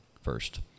first